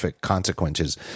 consequences